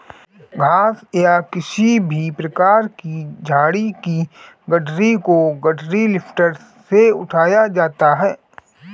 घास या किसी भी प्रकार की झाड़ी की गठरी को गठरी लिफ्टर से उठाया जाता है